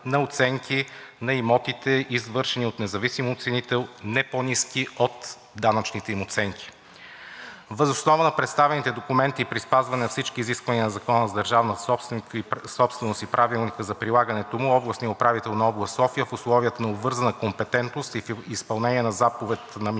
на оценки на имотите, извършени от независим оценител, не по-ниски от данъчните им оценки. Въз основа на представените документи и при спазване на всички изисквания на Закона за държавна собственост и Правилника за прилагането му областният управител на област София в условията на обвързана компетентност и при изпълнение на заповед на министъра